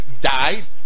died